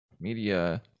media